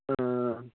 हा